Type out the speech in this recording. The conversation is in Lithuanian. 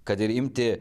kad ir imti